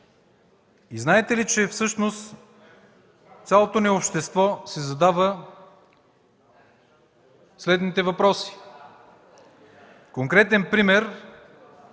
Знаете ли, че всъщност цялото ни общество си задава въпроси. Конкретен пример